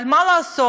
אבל מה לעשות,